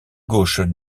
gauche